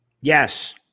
Yes